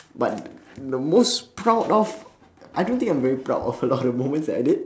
but the most proud of I don't think that I'm very proud of a lot of moments that I did